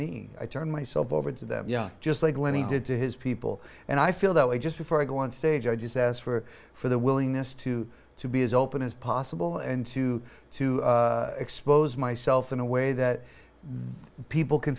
me i turn myself over to them just like when he did to his people and i feel that way just before i go on stage i just asked for for the willingness to be as open as possible and to to expose myself in a way that people can